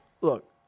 Look